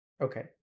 Okay